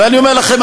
ואני אומר לכם,